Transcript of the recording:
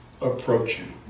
approaching